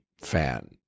fan